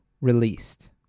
released